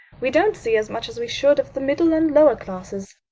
we don't see as much as we should of the middle and lower classes.